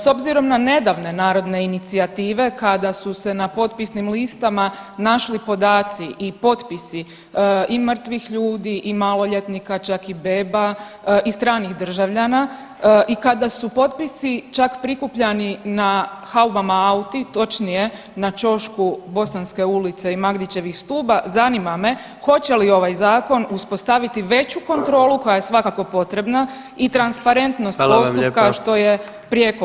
S obzirom na nedavne narodne inicijative kada su se na potpisnim listama našli podaci i potpisi i mrtvih ljudi i maloljetnika, čak i beba i stranih državljana i kada su potpisi čak prikupljani na haubama auti, točnije na ćošku Bosanske ulice i Magdićevih stuba, zanima me hoće li ovaj zakon uspostaviti veću kontrolu koja je svakako potrebna i transparentnost postupka [[Upadica: Hvala vam lijepa]] što je prijeko potrebno?